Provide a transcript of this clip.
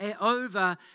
over